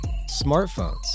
Smartphones